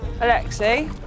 Alexei